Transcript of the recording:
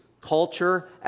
culture